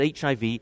HIV